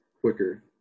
quicker